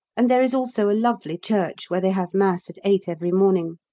and there is also a lovely church, where they have mass at eight every morning.